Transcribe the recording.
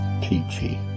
peachy